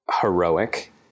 heroic